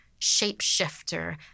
shapeshifter